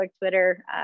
Twitter